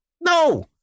No